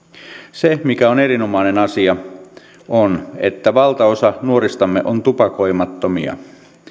se mikä on erinomainen asia on että valtaosa nuoristamme on tupakoimattomia